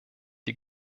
die